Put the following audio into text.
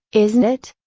isn't it?